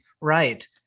right